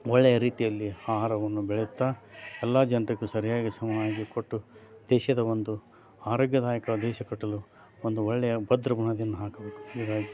ಒಳ್ಳೆಯ ರೀತಿಯಲ್ಲಿ ಆಹಾರವನ್ನು ಬೆಳೆಯುತ್ತಾ ಎಲ್ಲ ಜನರಿಗೂ ಸರಿಯಾಗಿ ಸಮನಾಗಿ ಕೊಟ್ಟು ದೇಶದ ಒಂದು ಆರೋಗ್ಯದಾಯಕ ದೇಶ ಕಟ್ಟಲು ಒಂದು ಒಳ್ಳೆಯ ಭದ್ರ ಬುನಾದಿಯನ್ನು ಹಾಕಬೇಕು ಹೀಗಾಗಿ